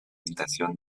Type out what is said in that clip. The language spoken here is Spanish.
tentación